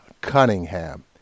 Cunningham